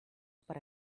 para